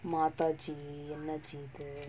mathaji என்ன செய்து:enna seithu